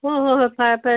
ꯍꯣꯏ ꯍꯣꯏ ꯍꯣꯏ ꯐꯔꯦ ꯐꯔꯦ